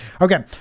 Okay